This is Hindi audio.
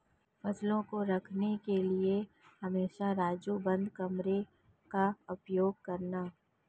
फसलों को रखने के लिए हमेशा राजू बंद कमरों का उपयोग करना